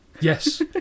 Yes